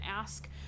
ask